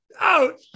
out